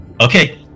Okay